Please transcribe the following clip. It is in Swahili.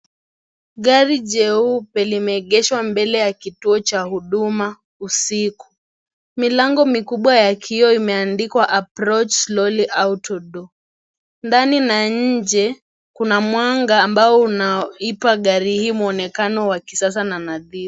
Gari jeupe limeegeshwa mbele ya kituo cha huduma usiku. Milango mikubwa ya kioo imeandikwa (CS)approach slowly auto door (CS), ndani na nje kuna mwanga ambao unaipa gari hii mwonekano wa kisasa na nadhifu.